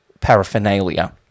paraphernalia